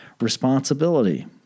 Responsibility